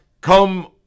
come